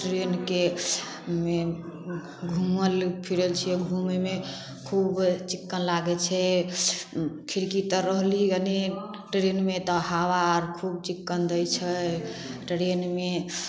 ट्रेनमे घूमल फिरल छियै घूमयमे खूब चिक्कन लागै छै खिड़की तर रहली गनी ट्रेनमे तऽ हाबा आर खूब चिक्कन दै छै ट्रेनमे